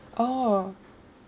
oh